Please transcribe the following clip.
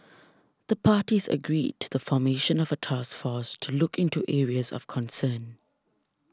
the parties agreed to the formation of a task force to look into areas of concern